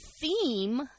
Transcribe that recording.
theme